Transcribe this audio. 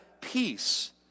peace